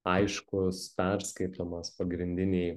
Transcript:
aiškus perskaitomas pagrindiniai